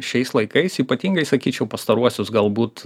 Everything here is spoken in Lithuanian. šiais laikais ypatingai sakyčiau pastaruosius galbūt